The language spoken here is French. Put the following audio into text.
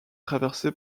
traversée